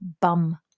bum